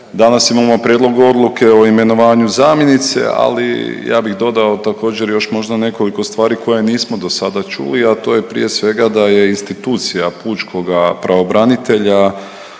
danas imamo prijedlog odluke o imenovanju zamjenice, ali ja bih dodao također još možda nekoliko stvari koje nismo dosada čuli, a to je prije svega da je institucija pučkoga pravobranitelja